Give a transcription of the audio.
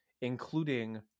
Including